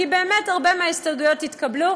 כי באמת הרבה מההסתייגויות התקבלו.